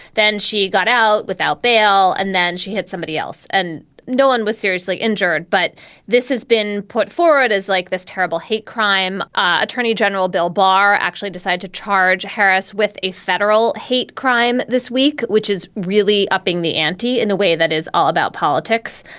then she got out without bail. and then she hit somebody else and no one was seriously injured but this has been put forward as like this terrible hate crime. attorney general bill barr actually decide to charge harris with a federal hate crime this week, which is really upping the ante in a way that is all about politics,